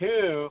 Two